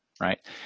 right